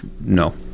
No